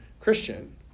Christian